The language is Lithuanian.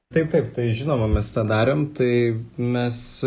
taip taip tai žinoma mes tą darėm tai mes